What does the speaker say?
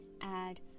add